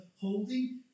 holding